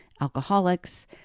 alcoholics